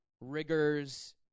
rigors